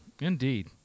Indeed